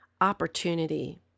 opportunity